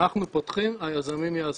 אנחנו פותחים, היזמים יעשו.